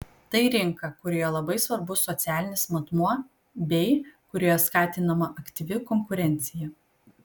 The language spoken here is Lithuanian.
tai rinka kurioje labai svarbus socialinis matmuo bei kurioje skatinama aktyvi konkurencija